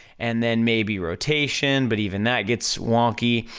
and then maybe rotation, but even that gets wonky,